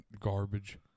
garbage